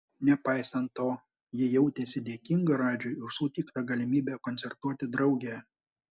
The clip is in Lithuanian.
nepaisant to ji jautėsi dėkinga radžiui už suteikta galimybę koncertuoti drauge